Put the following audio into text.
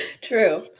True